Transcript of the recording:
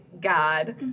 God